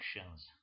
actions